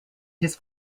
his